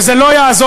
וזה לא יעזור,